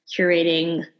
curating